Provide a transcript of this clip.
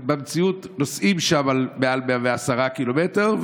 במציאות נוסעים שם מעל 110 קילומטר,